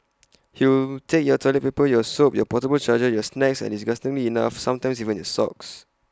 he will take your toilet paper your soap your portable charger your snacks and disgustingly enough sometimes even your socks